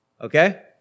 Okay